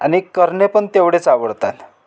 आणि करणे पण तेवढेच आवडतात